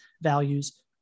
values